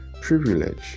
privilege